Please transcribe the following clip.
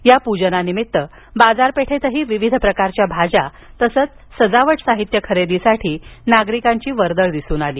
या पूजनानिमित्त बाजारपेठेतही विविध प्रकारच्या भाज्या तसेच सजावट साहित्य खरेदीसाठी नागरिकांची वर्दळ दिसून आली